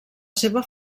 seva